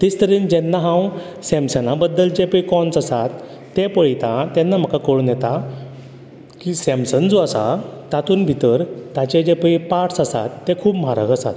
तेच तरेन जेन्ना हांव सॅमसंगा बद्दल जें पय कॉन्स आसात ते पळयता तेन्ना म्हाका कळून येता की सॅमसंग जो आसा तातून भितर ताचे जे पळय पार्ट्स आसात ते खूब म्हारग आसात